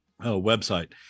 website